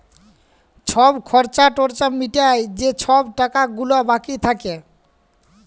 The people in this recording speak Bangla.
ছব খর্চা টর্চা মিটায় যে ছব টাকা গুলা বাকি থ্যাকে